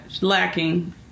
lacking